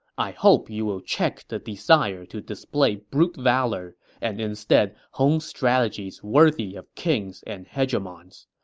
i hope you will check the desire to display brute valor and instead hone strategies worthy of kings and hegemons.